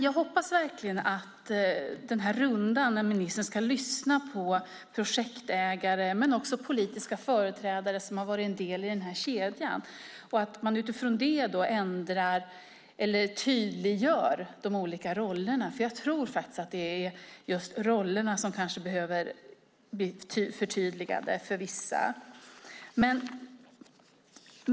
Jag hoppas verkligen att rundan, när ministern ska lyssna på projektägare och på politiska företrädare som varit en del i kedjan, innebär att de olika rollerna tydliggörs. Jag tror att det är just rollerna som behöver förtydligas för vissa.